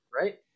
right